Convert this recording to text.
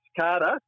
Carter